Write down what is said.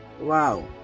Wow